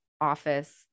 office